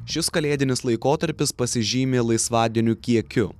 šis kalėdinis laikotarpis pasižymi laisvadienių kiekiu